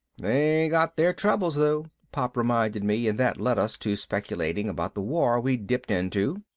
they got their troubles though, pop reminded me and that led us to speculating about the war we'd dipped into.